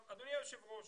אדוני היושב ראש,